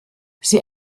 sie